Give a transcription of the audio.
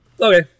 Okay